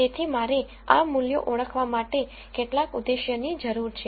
તેથી મારે આ મૂલ્યો ઓળખવા માટે કેટલાક ઉદ્દેશ્યની જરૂર છે